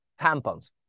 tampons